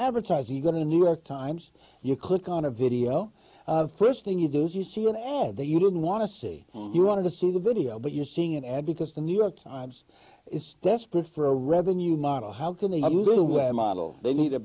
advertising going to new york times you click on a video st thing you do is you see an ad that you didn't want to see you want to see the video but you're seeing an ad because the new york times is desperate for a revenue model how can they move away model they need a